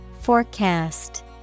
Forecast